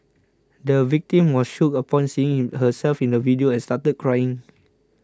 the victim was shocked upon seeing herself in the video and started crying